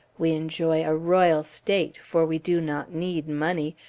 we enjoy a royal state, for we do not need money,